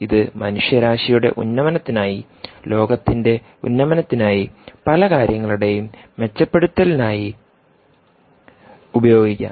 ഇത് മനുഷ്യരാശിയുടെ ഉന്നമനത്തിനായി ആയി ലോകത്തിൻറെ ഉന്നമനത്തിനായി പല കാര്യങ്ങളുടെയും മെച്ചപ്പെടുത്തലിനായി ഉപയോഗിക്കാം